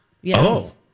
Yes